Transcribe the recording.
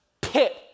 pit